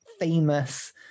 famous